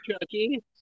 Chucky